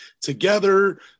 together